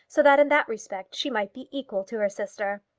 so that in that respect she might be equal to her sister.